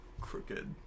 crooked